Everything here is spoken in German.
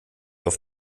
auf